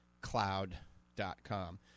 cloud.com